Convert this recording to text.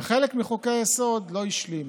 ואת חלק מחוקי-היסוד לא השלימו.